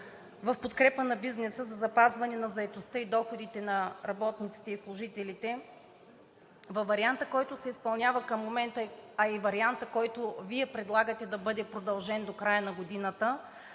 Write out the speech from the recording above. в подкрепа на бизнеса за запазване на заетостта и доходите на работниците и служителите във варианта, в който се изпълнява към момента, а и вариантът, който Вие предлагате да бъде продължен до края на годината,